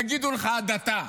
יגידו לך הדתה.